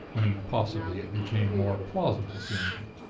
when possibly it became more plausible seeming.